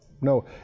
no